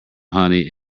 honey